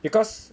because